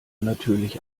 natürlich